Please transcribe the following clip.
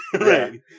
right